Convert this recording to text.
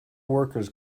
workers